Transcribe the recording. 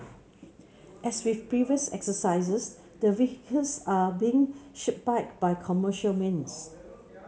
as with previous exercises the vehicles are being shipped back by commercial means